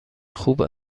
خوب